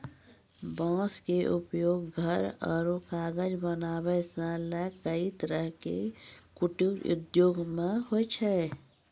बांस के उपयोग घर आरो कागज बनावै सॅ लैक कई तरह के कुटीर उद्योग मॅ होय छै